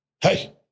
hey